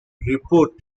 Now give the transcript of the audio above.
report